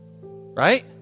Right